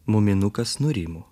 muminukas nurimo